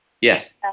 Yes